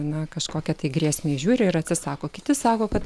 na kažkokią tai grėsmę įžiūri ir atsisako kiti sako kad